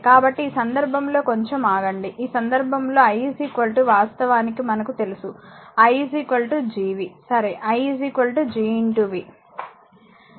కాబట్టి ఈ సందర్భంలో కొంచం ఆగండి ఈ సందర్భంలో i వాస్తవానికి మనకు తెలుసు i Gv సరే i G v